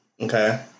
Okay